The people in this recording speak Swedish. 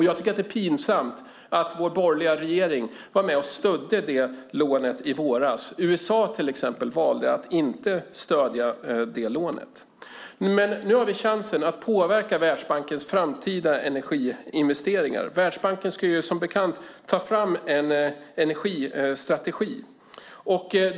Jag tycker att det är pinsamt att vår borgerliga regering var med och stödde det lånet i våras. USA till exempel valde att inte stödja det lånet. Nu har vi chansen att påverka Världsbankens framtida energiinvesteringar. Världsbanken ska som bekant ta fram en energistrategi.